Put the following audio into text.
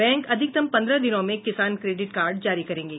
bank अधिकतम पंद्रह दिनों में किसान क्रेडिट कार्ड जारी करेंगे